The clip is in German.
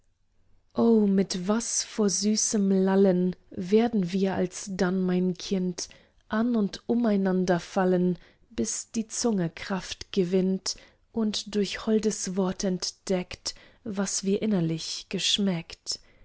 o mit was vor süßem lallen werden wir alsdann mein kind an und umeinander fallen bis die zunge kraft gewinnt und durch holdes wort entdeckt was wir innerlich geschmeckt